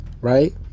right